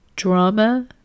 Drama